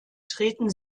treten